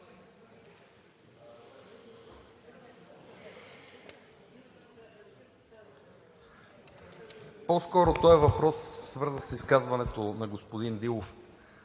По-скоро този въпрос е свързан с изказването на господин Дилов.